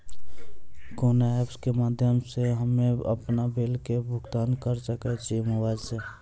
कोना ऐप्स के माध्यम से हम्मे अपन बिल के भुगतान करऽ सके छी मोबाइल से?